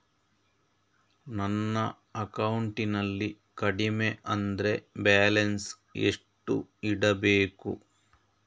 ನನ್ನ ಅಕೌಂಟಿನಲ್ಲಿ ಕಡಿಮೆ ಅಂದ್ರೆ ಬ್ಯಾಲೆನ್ಸ್ ಎಷ್ಟು ಇಡಬೇಕು?